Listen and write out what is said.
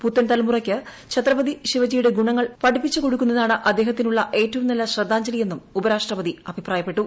പുത്തൻ തലമുറയ്ക്ക് ഛത്രപതി ശിവജിയുടെ ഗുണങ്ങൾ പഠിപ്പിച്ചു കൊടുക്കുന്നതാണ് അദ്ദേഹത്തിനുള്ള ഏറ്റവും നല്ല ശ്രദ്ധാഞ്ജലി എന്നും ഉപരാഷ്ട്രപതി അഭിപ്രായപ്പെട്ടു